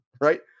right